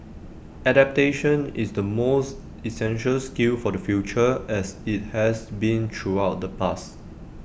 adaptation is the most essential skill for the future as IT has been throughout the past